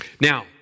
Now